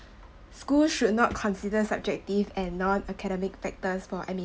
schools should not consider subjective and non academic factors for admi~